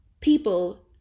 people